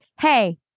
hey